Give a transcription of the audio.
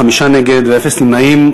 חמישה נגד ואפס נמנעים,